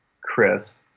Chris